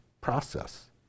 process